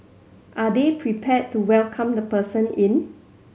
are they prepared to welcome the person in